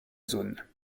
zone